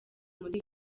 muri